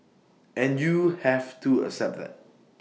and you have to accept that